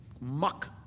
muck